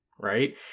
right